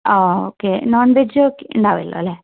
ആഹ് okay non veg ഉണ്ടാവുമല്ലോ അല്ലേ